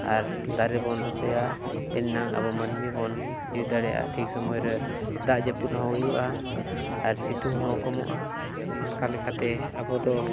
ᱫᱟᱨᱮ ᱵᱚᱱ ᱨᱚᱦᱚᱭᱟ ᱮᱱ ᱮᱱᱟᱝ ᱟᱵᱚ ᱢᱟᱹᱱᱢᱤ ᱵᱚᱱ ᱤᱫᱤ ᱫᱟᱲᱮᱭᱟᱜᱼᱟ ᱴᱷᱤᱠ ᱥᱚᱢᱚᱭ ᱨᱮ ᱫᱟᱜ ᱡᱟᱹᱯᱩᱫ ᱦᱚᱸ ᱦᱩᱭᱩᱜᱼᱟ ᱟᱨ ᱥᱤᱛᱩᱝ ᱦᱚᱸ ᱠᱚᱢᱚᱜᱼᱟ ᱚᱱᱠᱟ ᱞᱮᱠᱟᱛᱮ ᱟᱵᱚ ᱫᱚ